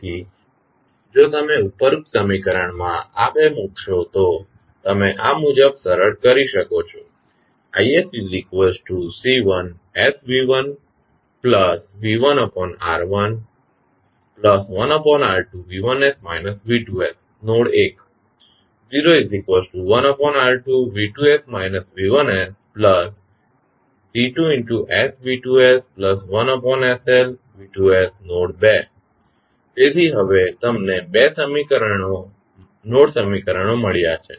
તેથી જો તમે ઉપરોક્ત સમીકરણોમાં આ બે મૂકશો તો તમે આ મુજબ સરળ કરી શકો છો તેથી હવે તમને બે નોડ સમીકરણો મળ્યાં છે